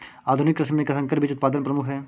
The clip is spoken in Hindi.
आधुनिक कृषि में संकर बीज उत्पादन प्रमुख है